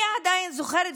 אני עדיין זוכרת,